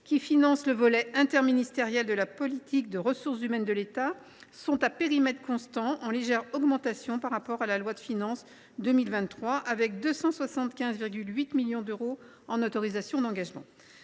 qui financent le volet interministériel de la politique de ressources humaines de l’État, sont, à périmètre constant, en légère augmentation par rapport à la loi de finances pour 2023, avec 275,8 millions d’euros en autorisations d’engagement.